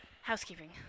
Housekeeping